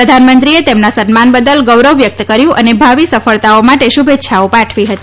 પ્રધાનમંત્રીએ તેમના સન્માન બદલ ગૌરવ વ્યકત કર્યું અને ભાવિ સફળતાઓ માટે શુભેચ્છાઓ આપી હતી